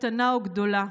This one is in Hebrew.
קטנה או גדולה.